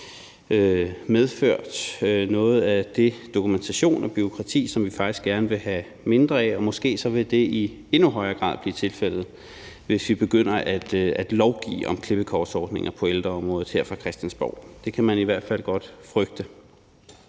medført noget af den dokumentation og det bureaukrati, som vi faktisk gerne vil have mindre af, og måske vil det i endnu højere grad blive tilfældet, hvis vi begynder at lovgive om klippekortordninger på ældreområdet her fra Christiansborgs side. Det kan man i hvert fald godt frygte.